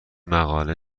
مقاله